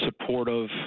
supportive